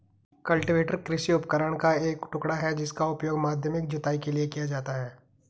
cultivator कृषि उपकरण का एक टुकड़ा है जिसका उपयोग माध्यमिक जुताई के लिए किया जाता है